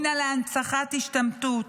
קומבינה להנצחת השתמטות.